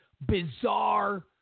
bizarre